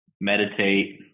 meditate